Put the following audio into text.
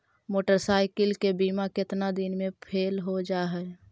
Motorcycle के बिमा केतना दिन मे फेल हो जा है?